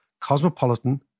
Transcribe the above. cosmopolitan